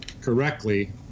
correctly